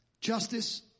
justice